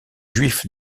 juifs